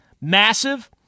Massive